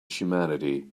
humanity